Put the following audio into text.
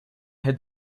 had